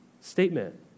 statement